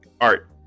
Art